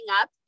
up